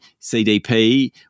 CDP